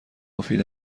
مفید